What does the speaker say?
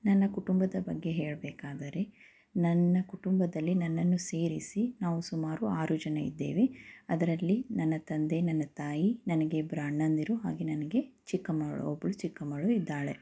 ನನ್ನ ಕುಟುಂಬದ ಬಗ್ಗೆ ಹೇಳಬೇಕಾದರೆ ನನ್ನ ಕುಟುಂಬದಲ್ಲಿ ನನ್ನನ್ನು ಸೇರಿಸಿ ನಾವು ಸುಮಾರು ಆರು ಜನ ಇದ್ದೇವೆ ಅದರಲ್ಲಿ ನನ್ನ ತಂದೆ ನನ್ನ ತಾಯಿ ನನಗೆ ಇಬ್ಬರು ಅಣ್ಣಂದಿರು ಹಾಗೆ ನನಗೆ ಚಿಕ್ಕಮ್ಮಳು ಒಬ್ಬಳು ಚಿಕ್ಕಮ್ಮಳು ಇದ್ದಾಳೆ